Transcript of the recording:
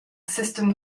system